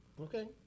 Okay